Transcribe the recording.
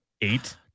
eight